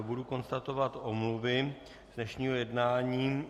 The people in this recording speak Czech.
Budu konstatovat omluvy z dnešního jednání.